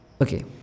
Okay